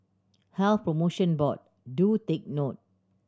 Health Promotion Board do take note